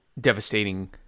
devastating